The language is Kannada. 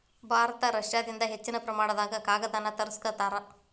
ಭಾರತ ರಷ್ಯಾದಿಂದ ಹೆಚ್ಚಿನ ಪ್ರಮಾಣದಾಗ ಕಾಗದಾನ ತರಸ್ಕೊತಾರ